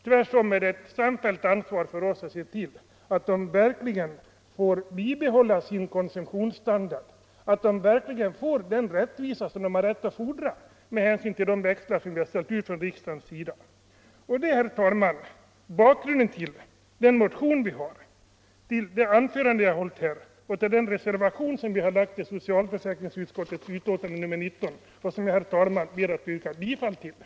Tvärtom är det ett samfällt ansvar för oss att se till att de verkligen får bibehålla sin konsumtionsstandard, att de får den rättvisa som de kan kräva med hänsyn till de växlar som riksdagen har ställt ut. Herr talman! Detta är bakgrunden till vår motion, till det anförande jag har hållit här och till den reservation som fogats till socialförsäkringsutskottets betänkande nr 19. Jag ber att få yrka bifall till den reservationen.